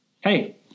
hey